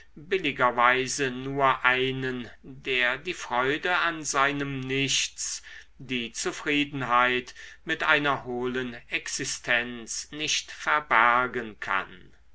billigerweise nur einen der die freude an seinem nichts die zufriedenheit mit einer hohlen existenz nicht verbergen kann